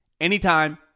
anytime